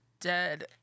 dead